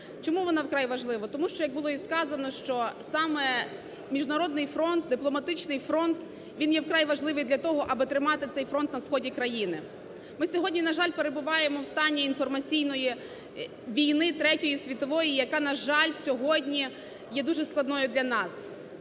Чому вона вкрай важлива? Тому що, як було і сказано, що саме міжнародний фронт, дипломатичний фронт, він є вкрай важливий для того, аби тримати цей фронт на сході країни. Ми сьогодні, на жаль, перебуваємо в стані інформаційної війни, третьої світової, яка, на жаль, сьогодні є дуже складною для нас.